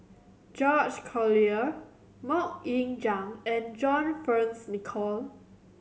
George Collyer Mok Ying Jang and John Fearns Nicoll